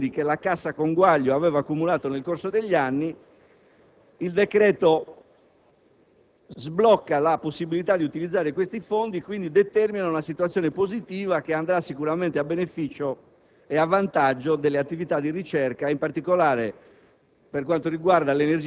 nell'utilizzo dei fondi accumulati nel corso degli anni dalla Cassa conguaglio. Ebbene, il decreto sblocca la possibilità di utilizzare questi fondi, quindi determina una situazione positiva anche andrà sicuramente a beneficio e a vantaggio delle attività di ricerca, in particolare